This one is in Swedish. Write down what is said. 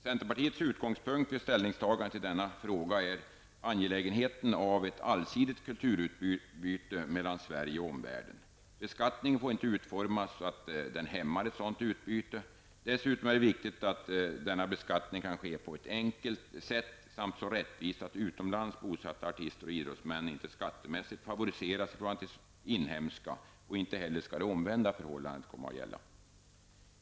Centerpartiets utgångspunkt vid ställningstagandet till denna fråga är att det är angeläget med ett allsidigt kulturutbyte mellan Sverige och omvärlden. Beskattningen får inte utformas så att den hämmar ett sådant utbyte. Dessutom är det viktigt att beskattningen kan ske på ett enkelt sätt samt så rättvist att utomlands bosatta artister och idrottsmän inte skattemässigt favoriseras i förhållande till inhemska. Inte heller skall det omvända förhållandet gälla.